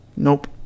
Nope